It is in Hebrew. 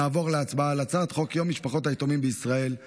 נעבור להצבעה על הצעת חוק יום משפחות היתומים בישראל,